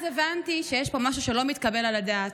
אז הבנתי שיש פה משהו שלא מתקבל על הדעת.